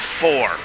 four